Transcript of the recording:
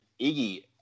Iggy